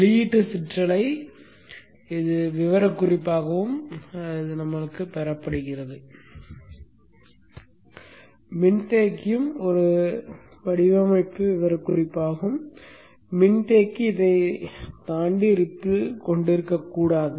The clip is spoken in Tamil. வெளியீட்டு சிற்றலை விவரக்குறிப்பாகவும் பெறப்படுகிறது மின்தேக்கியும் ஒரு வடிவமைப்பு விவரக்குறிப்பாகும் மின்தேக்கி இதைத் தாண்டி ரிப்பில் கொண்டிருக்கக்கூடாது